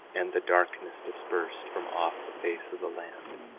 and the darkness dispersed from off the face of the land,